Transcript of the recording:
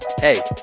Hey